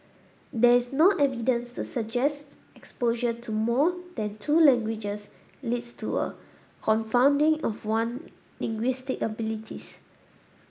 there is no evidence to suggest exposure to more than two languages leads to a confounding of one linguistic abilities